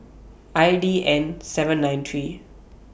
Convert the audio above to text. I D N seven nine three